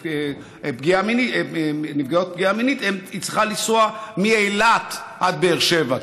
פגיעה מינית היא צריכה לנסוע מאילת עד באר שבע,